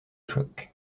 choc